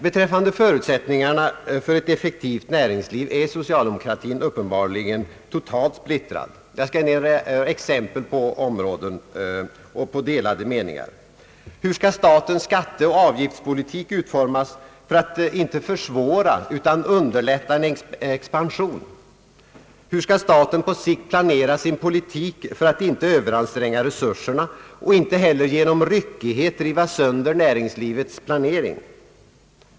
Beträffande förutsättningarna för ett effektivt näringsliv är socialdemokratin uppenbarligen totalt splittrad. Jag skall ge exempel på områden där det finns delade meningar. Hur skall statens skatteoch avgiftspolitik utformas för att inte försvåra utan underlätta en expansion? Hur skall staten på sikt planera sin politik för att inte överanstränga resurserna och inte heller genom ryckighet riva sönder näringslivets planering?